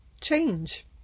Change